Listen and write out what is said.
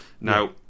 Now